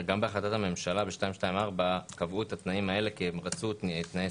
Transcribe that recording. בהחלטת הממשלה 224 קבעו את התנאים האלה כי הם רצו תנאי